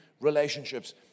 relationships